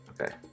okay